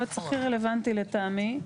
והיועץ הכי רלוונטי לטעמי,